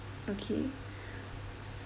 okay